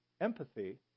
empathy